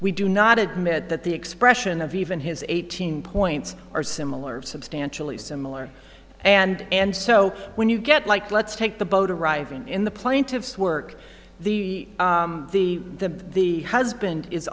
we do not admit that the expression of even his eighteen points are similar substantially similar and and so when you get like let's take the boat arriving in the plaintiff's work the the the the husband is